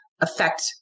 affect